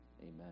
Amen